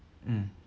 mm